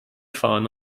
fahren